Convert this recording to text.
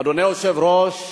אדוני היושב-ראש,